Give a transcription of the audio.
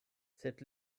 sed